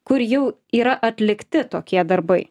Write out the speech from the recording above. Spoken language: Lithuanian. kur jau yra atlikti tokie darbai